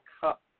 Cup